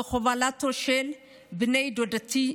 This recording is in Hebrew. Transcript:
היה בהובלתו של בן דודתי,